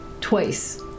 twice